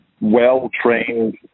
well-trained